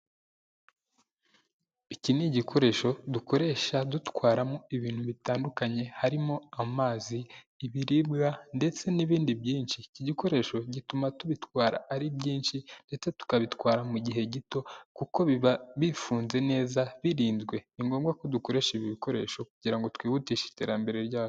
Iki ni igikoresho dukoresha dutwaramo ibintu bitandukanye, harimo amazi, ibiribwa ndetse n'ibindi byinshi. Iki gikoresho gituma tubitwara ari byinshi ndetse tukabitwara mu gihe gito, kuko biba bifunze neza, birinzwe. Ni ngombwa ko dukoresha ibi bikoresho kugira twihutishe iterambere ryacu.